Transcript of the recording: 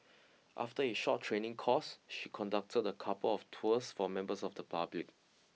after a short training course she conducted a couple of tours for members of the public